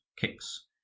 kicks